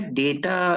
data